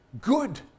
good